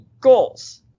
goals